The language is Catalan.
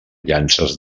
llances